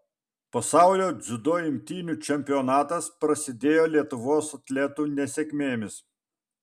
pasaulio dziudo imtynių čempionatas prasidėjo lietuvos atletų nesėkmėmis